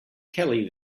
kelly